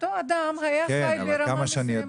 אדם היה חי ברמה מסוימת